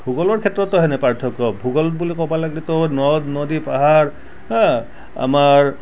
ভূগোলৰ ক্ষেত্ৰতো সেনে পাৰ্থক্য ভূগোল বুলি ক'ব লাগিলেতো নদ নদী পাহাৰ আমাৰ